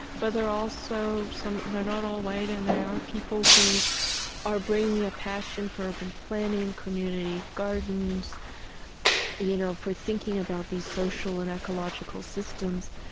but they're also some they're not all white, and they are people who are bringing a passion for urban planning, community gardens you know for thinking about these social and ecological systems.